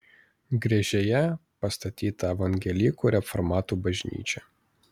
griežėje pastatyta evangelikų reformatų bažnyčia